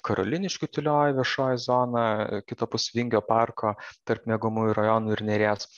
karoliniškių tylioji viešoji zona kitapus vingio parko tarp miegamųjų rajonų ir neries